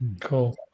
cool